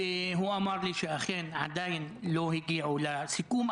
והוא אמר לי שאכן עדיין לא הגיעו לסיכום,